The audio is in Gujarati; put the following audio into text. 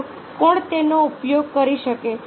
બીજું કોણ તેનો ઉપયોગ કરી શકે